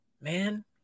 man